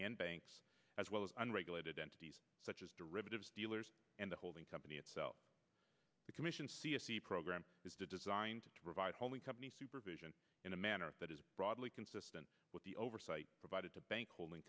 and banks as well as unregulated entities such as derivatives dealers and the holding company itself the commission c s c program is designed to provide holding company supervision in a manner that is broadly consistent with the oversight provided to bank holding